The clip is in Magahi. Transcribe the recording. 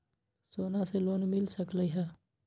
सोना से लोन मिल सकलई ह?